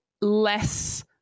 less